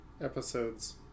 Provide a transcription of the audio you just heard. episodes